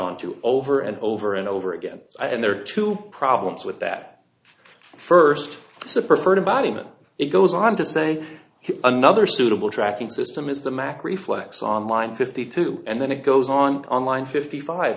onto over and over and over again and there are two problems with that first so preferred about it it goes on to say another suitable tracking system is the mack reflex online fifty two and then it goes on on line fifty five